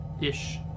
ish